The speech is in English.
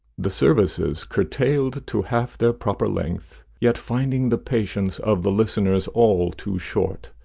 the services curtailed to half their proper length, yet finding the patience of the listeners all too short!